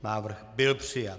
Návrh byl přijat.